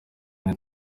nari